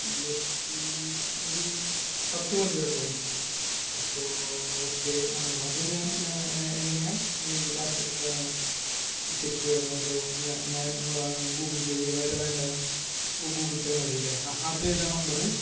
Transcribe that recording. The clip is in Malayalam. ഇരുപത്തിയേഴും പത്ത് മതിയോ അഡ്വാൻസ് അപ്പോൾ ഓക്കെ അത് ഞാൻ എങ്ങനെയാണ് ഈ വാട്സ് ചെക്ക് വേണോ അതോ ഞാൻ ഞാൻ ഗൂഗിൾ പേ ചെയ്യണോ ഏതാണ് വേണ്ടേ ഓ ഗൂഗിൾ പേ മതിയല്ലേ ആ അത് ഏതാ നമ്പറ്